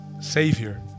savior